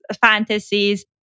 fantasies